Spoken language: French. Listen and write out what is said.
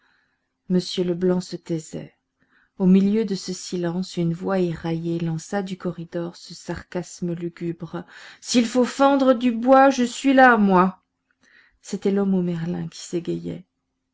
m leblanc se taisait au milieu de ce silence une voix éraillée lança du corridor ce sarcasme lugubre s'il faut fendre du bois je suis là moi c'était l'homme au merlin qui s'égayait